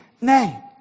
name